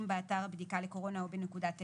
באתר הבדיקה לקורונה או בנקודת האיסוף,